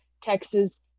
Texas